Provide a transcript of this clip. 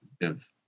give